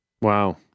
Wow